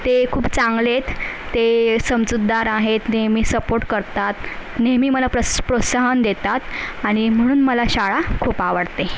ते खूप चांगलेत ते समजूतदार आहेत नेहमी सपोर्ट करतात नेहमी मला प्रस प्रोत्साहन देतात आणि म्हणून मला शाळा खूप आवडते